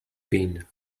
been